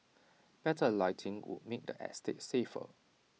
better lighting would make the estate safer